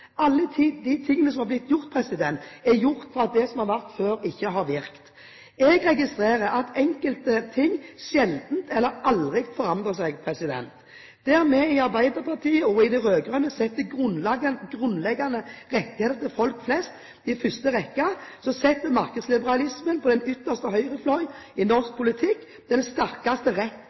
Alle de tingene som er blitt gjort, er blitt gjort fordi det som har vært før, ikke har virket. Jeg registrerer at enkelte ting sjelden eller aldri forandrer seg. Der vi i Arbeiderpartiet og de andre rød-grønne partiene setter grunnleggende rettigheter for folk flest i første rekke, setter markedsliberalistene på ytterste høyre fløy i norsk politikk den sterkestes rett